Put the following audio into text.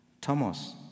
Thomas